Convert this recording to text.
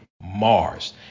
Mars